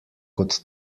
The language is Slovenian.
kot